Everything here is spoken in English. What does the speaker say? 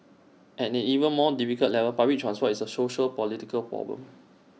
and an even more difficult level public transport is A sociopolitical problem